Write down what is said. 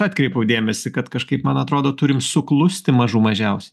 atkreipiau dėmesį kad kažkaip man atrodo turim suklusti mažų mažiausiai